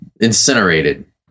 incinerated